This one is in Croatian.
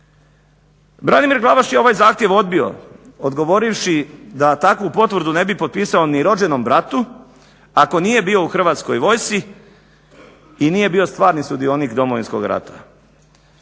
Branimir Glavaš je ovaj zahtjev odbio odgovorivši da takvu potvrdu ne bi potpisao ni rođenom bratu ako nije bio u Hrvatskoj vojsci i nije bio stvarni sudionik Domovinskog rata.